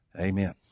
Amen